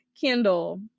Kendall